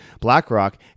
BlackRock